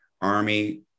Army